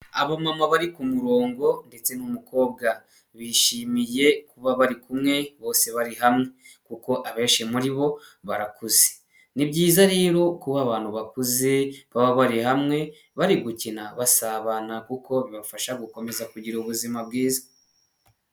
Abamama bari ku murongo ndetse n'umukobwa, bishimiye kuba bari kumwe bose bari hamwe, kuko abenshi muri bo barakuze, ni byiza rero kuba abantu bakuze baba bari hamwe bari gukina, basabana, kuko bibafasha gukomeza kugira ubuzima bwiza.